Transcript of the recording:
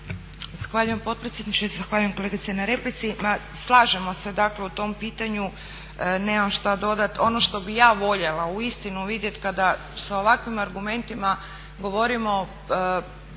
Zahvaljujem potpredsjedniče, zahvaljujem kolegice na replici. Ma slažemo se dakle u tom pitanju. Nema šta dodat. Ono što bi ja voljela uistinu vidjet kada sa ovakvim argumentima govorimo